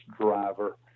driver